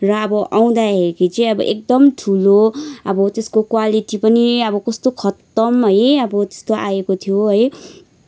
र अब आउँदाखेरि चाहिँ एकदम ठुलो अब त्यसको क्वालिटी पनि अब कस्तो खत्तम है अब त्यस्तो आएको थियो है